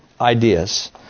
ideas